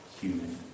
human